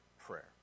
prayer